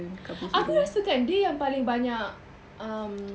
aku rasa kan dia yang paling banyak um